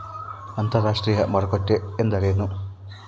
ಅಂತರಾಷ್ಟ್ರೇಯ ಮಾರುಕಟ್ಟೆ ಎಂದರೇನು?